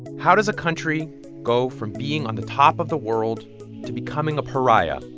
how does a country go from being on the top of the world to becoming a pariah,